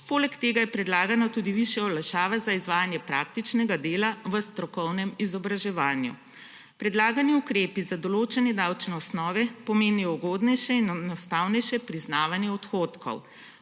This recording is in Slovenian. Poleg tega je predlagana tudi višja olajšava za izvajanje praktičnega dela v strokovnem izobraževanju. Predlagani ukrepi za določanje davčne osnove pomenijo ugodnejše in enostavnejše priznavanje odhodkov.